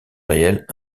réelle